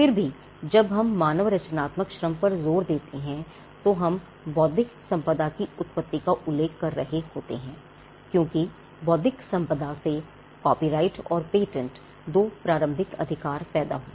फिर भी जब हम मानव रचनात्मक श्रम पर जोर देते हैं तो हम बौद्धिक संपदा की उत्पत्ति का उल्लेख कर रहे होते हैं क्योंकि बौद्धिक संपदा से कॉपीराइट और पेटेंट दो प्रारंभिक अधिकार पैदा हुए